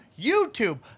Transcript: YouTube